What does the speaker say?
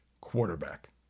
quarterback